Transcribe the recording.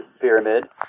pyramid